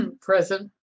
Present